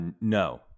No